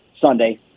Sunday